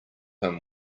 him